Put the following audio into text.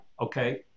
Okay